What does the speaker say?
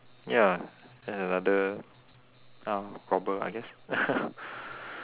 ya and the like the robber I guess